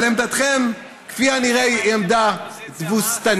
אבל עמדתכם, כפי הנראה, היא עמדה תבוסתנית,